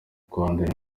kwandura